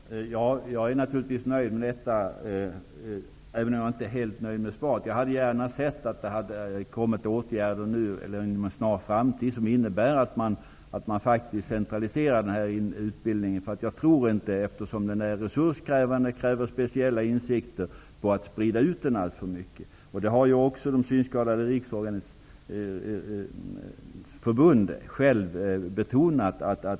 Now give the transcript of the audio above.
Herr talman! Jag är naturligtvis nöjd med detta, även om jag inte är helt nöjd med svaret. Jag hade gärna sett att man vidtagit åtgärder nu, eller inom en snar framtid, som inneburit att man centraliserat denna utbildning. Eftersom den är resurskrävande och kräver speciella insikter tror jag inte på att sprida ut den alltför mycket. Det har också Synskadades riksförbund självt betonat.